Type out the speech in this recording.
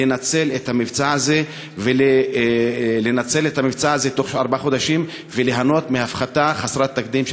לנצל את המבצע הזה בתוך ארבעה חודשים וליהנות מהפחתה חסרת תקדים,